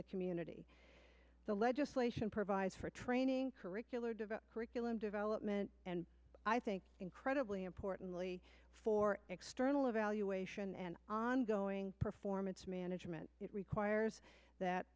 the community the legislation provides for training curricular develop curriculum development and i think incredibly importantly for external evaluation and ongoing performance management it requires that